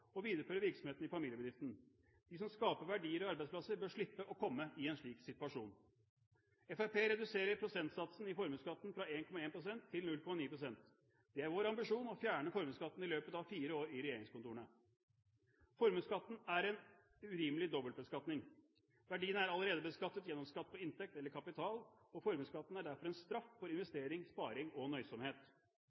å videreføre virksomheten i familiebedriften. De som skaper verdier og arbeidsplasser, bør slippe å komme i en slik situasjon. Fremskrittspartiet reduserer prosentsatsen i formuesskatten fra 1,1 pst. til 0,9 pst. Det er vår ambisjon å fjerne formuesskatten i løpet av fire år i regjeringskontorene. Formuesskatten er en urimelig dobbeltbeskatning. Verdiene er allerede beskattet gjennom skatt på inntekt eller kapital, og formuesskatten er derfor en straff for investering, sparing og nøysomhet.